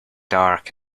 dark